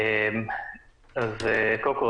קודם כול,